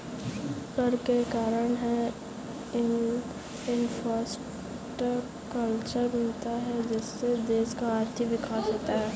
कर के कारण है इंफ्रास्ट्रक्चर बनता है जिससे देश का आर्थिक विकास होता है